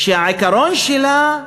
שהעיקרון שלה,